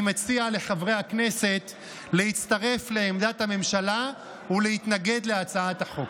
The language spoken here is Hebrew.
אני מציע לחברי הכנסת להצטרף לעמדת הממשלה ולהתנגד להצעת החוק.